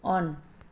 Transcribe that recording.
on